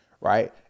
right